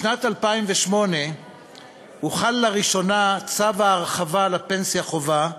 בשנת 2008 הוחל לראשונה צו ההרחבה על פנסיה חובה,